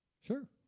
Sure